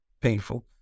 painful